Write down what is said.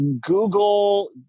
Google